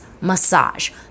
massage